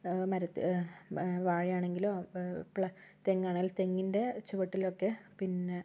വാഴയാണെങ്കിലോ തെങ്ങാണെങ്കിൽ തെങ്ങിന്റെ ചുവട്ടിലൊക്കെ പിന്നെ